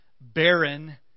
barren